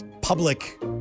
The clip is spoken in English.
public